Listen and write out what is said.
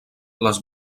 les